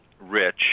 Rich